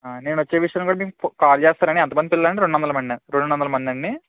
నేను వచ్చే విషయం కూడా మీకు ఫో కాల్ చేస్తానండి ఎంతమంది పిల్లలు రెండువందల మందా రెండువందల మందా అండీ